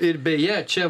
ir beje čia